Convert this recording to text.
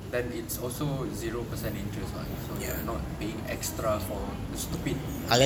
then it's also zero percent interest [what] so you are not paying extra for the stupid